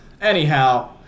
Anyhow